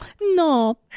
no